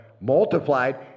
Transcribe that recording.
multiplied